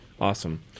Awesome